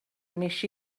wnes